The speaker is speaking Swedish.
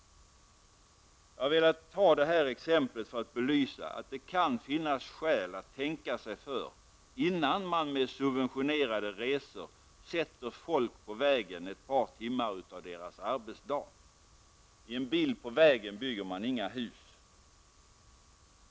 Jag har velat ta detta exempel för att belysa att det kan finnas skäl att tänka sig för innan man med subventionerade resor sätter folk på vägen ett par timmar av deras arbetsdag. Den som sitter i en bil på vägen bygger inga hus!